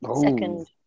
Second